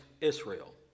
Israel